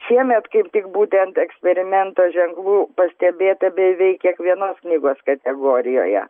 šiemet kaip tik būtent eksperimento ženklų pastebėta beveik kiekvienos knygos kategorijoje